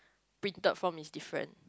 printed form is different